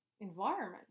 environment